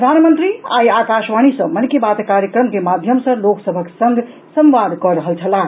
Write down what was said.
प्रधानमंत्री आई आकाशवाणी सॅ मन की बात कार्यक्रम के माध्यम सॅ लोक सभक संग संवाद कऽ रहल छलाह